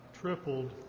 tripled